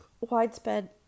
widespread